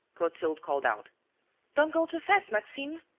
clotilde called out don't go too fast, maxime!